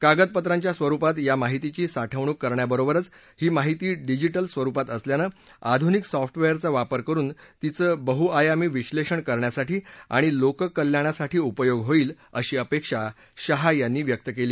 कागदपत्रांच्या स्वरुपात या माहितीची साठवणूक करण्याबरोबरच ही माहिती डिजिटल स्वरुपात असल्यानं आधुनिक सॉफ्टवेअरचा वापर करून तिचं बहुआयामी विश्वेषण करण्यासाठी आणि लोककल्याणासाठी उपयोग होईल अशी अपेक्षा शाह यांनी व्यक्त केली